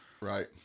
Right